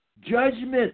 judgment